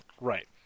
Right